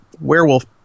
werewolf